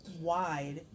wide